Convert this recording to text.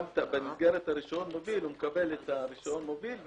במסגרת רשיון המוביל הוא מקבל את הרשיון מוביל,